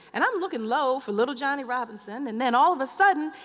and i'm looking low for little johnny robinson, and then all of a sudden,